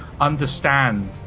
understand